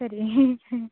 ಸರಿ